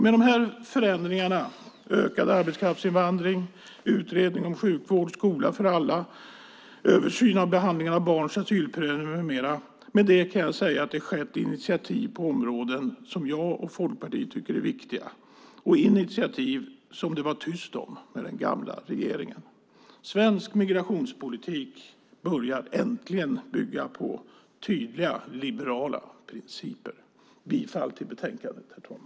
Med de här förändringarna, ökad arbetskraftsinvandring, utredning om sjukvård och skola för alla, en översyn av behandlingen av barns asylprövning med mera, kan jag säga att det har tagits initiativ på områden som jag och Folkpartiet tycker är viktiga. Det är initiativ som det var tyst om med den gamla regeringen. Svensk migrationspolitik börjar äntligen bygga på tydliga liberala principer. Herr talman! Jag yrkar bifall till förslaget i betänkandet.